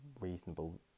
reasonable